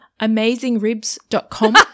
amazingribs.com